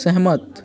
सहमत